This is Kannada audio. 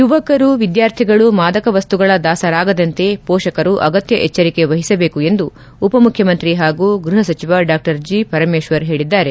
ಯುವಕರು ವಿದ್ಯಾರ್ಥಿಗಳು ಮಾದಕವಸ್ತುಗಳ ದಾಸರಾಗದಂತೆ ಪೋಷಕರು ಅಗತ್ಯ ಎಚ್ಚರಿಕೆ ವಹಿಸಬೇಕು ಎಂದು ಉಪಮುಖ್ಖಮಂತ್ರಿ ಹಾಗೂ ಗೃಹ ಸಚಿವ ಡಾ ಜಿ ಪರಮೇಶ್ವರ್ ಹೇಳಿದ್ದಾರೆ